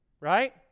Right